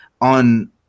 on